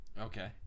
okay